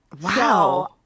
Wow